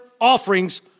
offerings